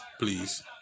Please